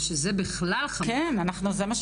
שזה בכלל חמור.